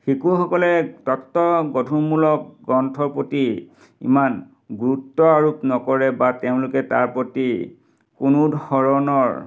শিশুসকলে তত্ত্বগধুৰমূলক গ্ৰন্থৰ প্ৰতি ইমান গুৰুত্ব আৰোপ নকৰে বা তেওঁলোকে তাৰ প্ৰতি কোনো ধৰণৰ